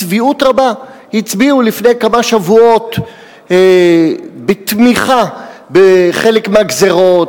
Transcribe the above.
שבצביעות רבה הצביעו לפני כמה שבועות בתמיכה בחלק מהגזירות,